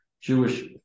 Jewish